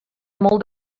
molt